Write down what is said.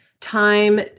time